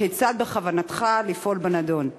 כיצד בכוונתך לפעול בנדון?